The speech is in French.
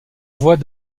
voit